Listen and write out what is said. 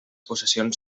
possessions